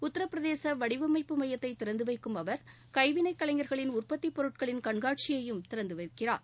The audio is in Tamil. உத்திரபிரதேச வடிவமைப்பு மையத்தை திறந்து வைக்கும் அவர் கைவினைக் கலைஞர்களின் உற்பத்தி பொருட்களின் கண்காட்சியையும் திறந்து வைக்கிறார்